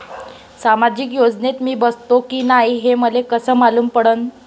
सामाजिक योजनेत मी बसतो की नाय हे मले कस मालूम पडन?